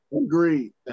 Agreed